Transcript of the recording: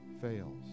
fails